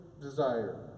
desire